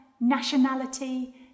nationality